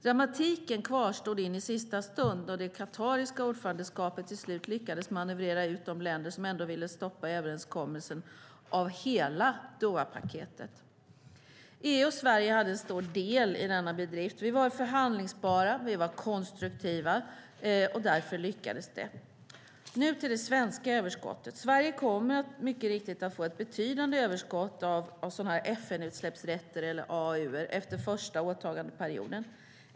Dramatiken kvarstod in i sista stund då det qatariska ordförandeskapet till slut lyckades manövrera ut de länder som ändå ville stoppa överenskommelsen om hela Dohapaketet. EU och Sverige hade en stor del i denna bedrift. Vi var förhandlingsbara. Vi var konstruktiva. Därför lyckades det. Nu till det svenska överskottet. Sverige kommer mycket riktigt att få ett betydande överskott av FN-utsläppsrätter, AAU:er, efter första åtagandeperioden.